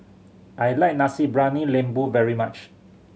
I like Nasi Briyani Lembu very much